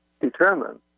determine